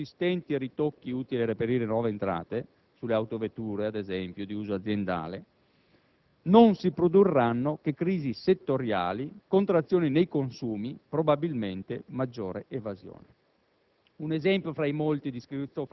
sulle rendite finanziarie, o con tutti i consistenti ritocchi utili a reperire nuove entrate (sulle autovetture, ad esempio, di uso aziendale), non si produrranno che crisi settoriali, contrazioni nei consumi, probabilmente maggiore evasione.